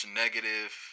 negative